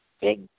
Big